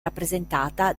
rappresentata